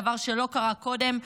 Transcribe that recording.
דבר שלא קרה קודם.